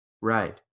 right